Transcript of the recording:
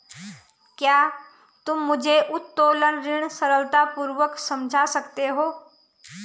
क्या तुम मुझे उत्तोलन ऋण सरलतापूर्वक समझा सकते हो?